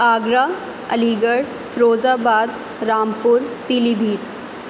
Agra Aligarh Firozabad Rampur پیلی بھیت